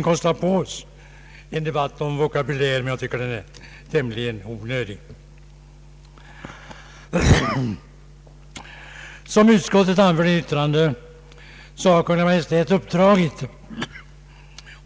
Som utskottet har anfört i sitt yttrande har Kungl. Maj:t uppdragit